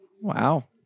wow